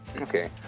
Okay